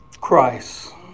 Christ